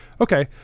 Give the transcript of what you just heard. Okay